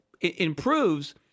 improves